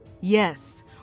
Yes